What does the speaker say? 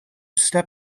step